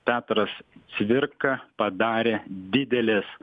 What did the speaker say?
petras cvirka padarė didelės